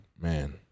man